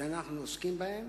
שאנחנו עוסקים בהם,